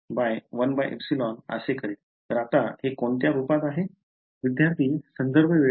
तर आता ते कोणत्या रूपात आहे